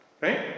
right